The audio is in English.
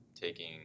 taking